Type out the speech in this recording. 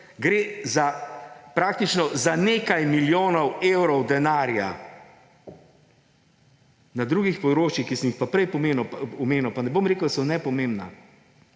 gre za praktično nekaj milijonov evrov denarja. Na drugih področjih, ki sem jih pa prej omenil, pa ne bom rekel, da so nepomembna,